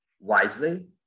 wisely